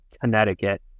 Connecticut